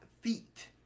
feet